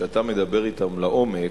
כשאתה מדבר אתם לעומק,